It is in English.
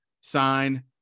sign